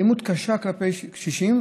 אלימות קשה כלפי קשישים,